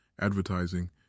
advertising